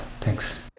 Thanks